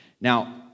Now